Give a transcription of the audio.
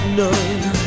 none